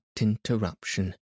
interruption